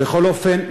בכל אופן,